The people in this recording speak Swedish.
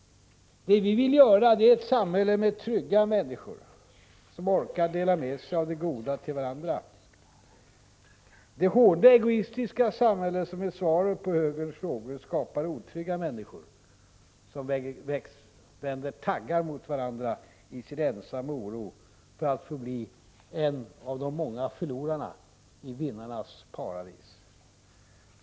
Det vi vill ha är ett samhälle med trygga människor som orkar dela med sig av det goda till varandra. Det hårda egoistiska samhället som är svaret på högerns frågor skapar otrygga människor som vänder taggarna mot varandra isin ensamma oro över att bli en av de många förlorarna i vinnarnas paradis.